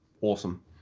Awesome